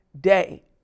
day